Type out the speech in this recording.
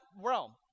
realm